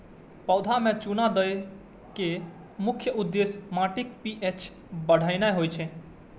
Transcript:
पौधा मे चूना दै के मुख्य उद्देश्य माटिक पी.एच बढ़ेनाय होइ छै